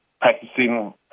practicing